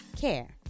care